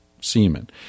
semen